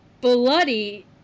Bloody